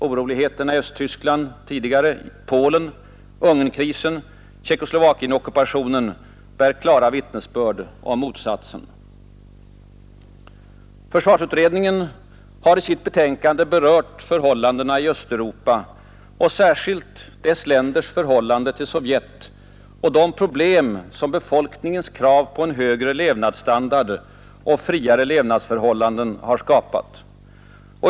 Oroligheterna i Östtyskland och Polen, Ungernkrisen och Tjeckoslovakienockupationen bär klara vittnesbörd om motsatsen. Försvarsutredningen har i sitt betänkande berört förhållandena i Östeuropa och särskilt dess länders förhållande till Sovjet samt de problem som befolkningens krav på en högre levnadsstandard och friare levnadsförhållanden har skapat.